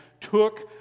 took